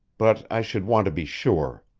but i should want to be sure.